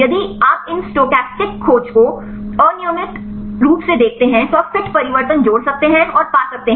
यदि आप इन स्टोचस्टिक खोज को यादृच्छिक रूप से देखते हैं तो आप फिट परिवर्तन जोड़ सकते हैं और पा सकते हैं